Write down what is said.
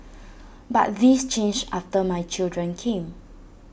but this changed after my children came